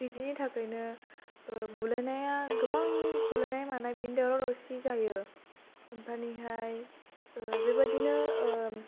बिदिनि थाखायनो बुलायनाया गोबां बुलायनाय मानाय बिनि दावराव दावसि जायो मानेहाय बेबादिनो